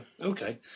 okay